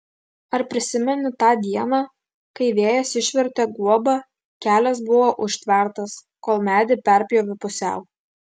ar prisimeni tą dieną kai vėjas išvertė guobą kelias buvo užtvertas kol medį perpjovė pusiau